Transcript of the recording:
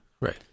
Right